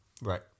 Right